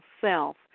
self